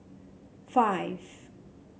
five